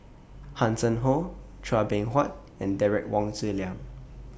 Hanson Ho Chua Beng Huat and Derek Wong Zi Liang